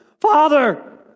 Father